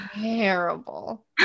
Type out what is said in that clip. terrible